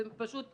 ופשוט,